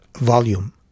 Volume